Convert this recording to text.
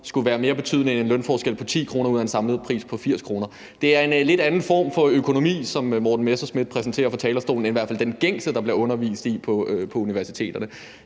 skulle være mere betydende end en lønforskel på 10 kr. ud af samlet set 80 kr. Det er i hvert fald en lidt anden form for økonomi, som Morten Messerschmidt præsenterer fra talerstolen, end den gængse, der bliver undervist i på universiteterne.